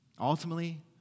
Ultimately